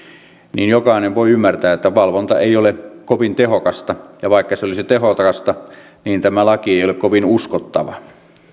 niin jokainen voi ymmärtää että valvonta ei ole kovin tehokasta ja vaikka se olisi tehokasta niin tämä laki ei ei ole kovin uskottava